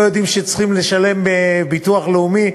לא יודעים שצריכים לשלם ביטוח לאומי,